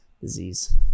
disease